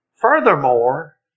Furthermore